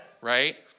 right